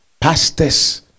pastors